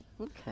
okay